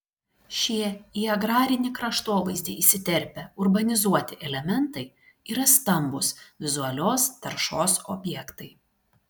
šie į agrarinį kraštovaizdį įsiterpę urbanizuoti elementai yra stambūs vizualios taršos objektai